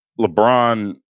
LeBron